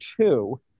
two